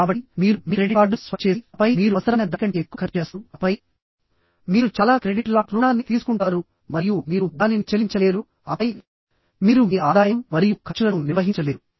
కాబట్టి మీరు మీ క్రెడిట్ కార్డును స్వైప్ చేసి ఆపై మీరు అవసరమైన దానికంటే ఎక్కువ ఖర్చు చేస్తారు ఆపైమీరు చాలా క్రెడిట్ లాట్ రుణాన్ని తీసుకుంటారు మరియు మీరు దానిని చెల్లించలేరు ఆపైమీరు మీ ఆదాయం మరియు ఖర్చులను నిర్వహించలేరు